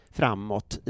framåt